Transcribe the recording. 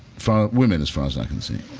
for women as far as i can see,